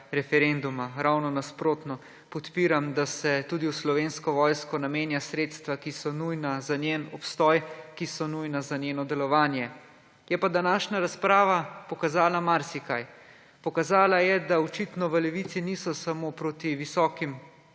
referenduma. Ravno nasprotno. Podpiram, da se tudi v Slovensko vojsko namenja sredstva, ki so nujna za njen obstoj, ki so nujna za njeno delovanje. Je pa današnja razprava pokazala marsikaj. Pokazala je, da očitno v Levici niso samo proti visokim,